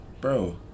bro